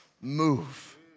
move